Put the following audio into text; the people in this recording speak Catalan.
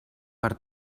per